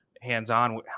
hands-on